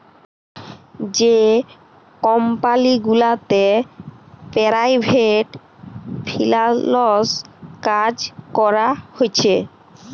যে কমপালি গুলাতে পেরাইভেট ফিল্যাল্স কাজ ক্যরা হছে